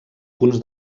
punts